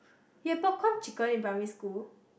you have popcorn chicken in primary school